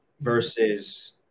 versus